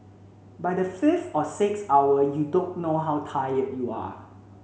by the fifth or sixth hour you don't know how tired you are